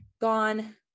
gone